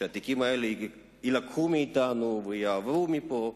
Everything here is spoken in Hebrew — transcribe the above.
שהתיקים האלה יילקחו מאתנו ויעברו מפה.